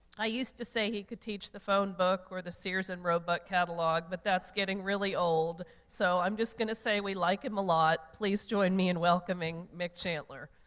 i used to say he could teach the phonebook or the sears and roebuck catalog, but that's getting really old. so i'm just going to say we like him a lot. please join me in welcoming mick chantler.